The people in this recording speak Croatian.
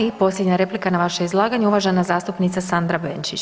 I posljednja replika na vaše izlaganje uvažena zastupnica Sandra Benčić.